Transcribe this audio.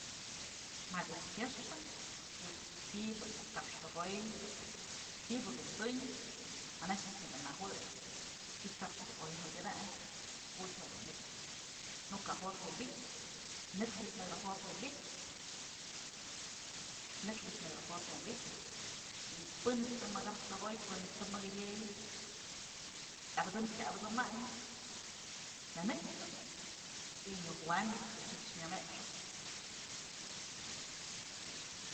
Madyëch këxpën ku'uch ti'ibë nuk kapx tëko'oy ku'uch ti'ibë dun tunyë anaxëch nyëkë nëjuëy y kapch dun oy jukyatayn kuch jedun nëkx nuk ka jo'ot wi'inpytyë nëkxpëch nëkë jo'ot wi'inpytyë, nëkxpëch wi'inpytyë y pënëch të mëkapx tëkoy pënëch të mëkëdyëy abësëm kya abësëmaynë nënëkxpëch y nyoj wampyëch que myëmëxëp.